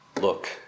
look